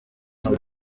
abo